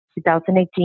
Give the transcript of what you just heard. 2018